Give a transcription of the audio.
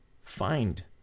Find